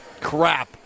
crap